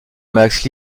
max